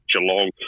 Geelong